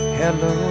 hello